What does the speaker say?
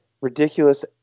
Ridiculous